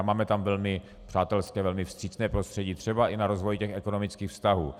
Máme tam velmi přátelské, velmi vstřícné prostředí, třeba i na rozvoj ekonomických vztahů.